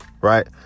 right